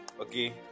Okay